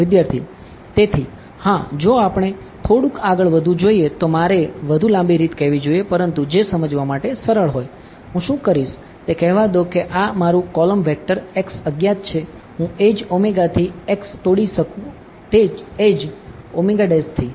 વિદ્યાર્થી તેથી હા જો આપણે થોડુંક આગળ વધવું જોઈએ તો મારે વધુ લાંબી રીત કહેવી જોઈએ પરંતુ જે સમજવા માટે સરળ હોય હું શું કરીશ તે કહેવા દો કે આ મારું કોલમ વેક્ટર x અજ્ઞાત છે હું એડ્જ થી x તોડી શકું એડ્જ થી